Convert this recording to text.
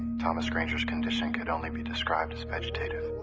um granger's condition could only be described as vegetative.